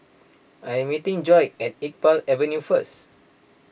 I'm meeting Joi at Iqbal Avenue first